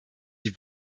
die